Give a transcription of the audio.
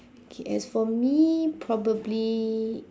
okay as for me probably